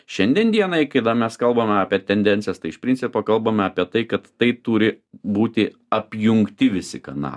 šiandien dienai mes kalbame apie tendencijas tai iš principo kalbame apie tai kad tai turi būti apjungti visi kanalai